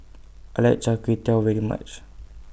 I like Char Kway Teow very much